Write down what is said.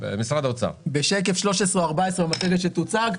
בשקף 13 או 14 במצגת שתוצג,